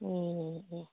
ꯎꯝ ꯎꯝ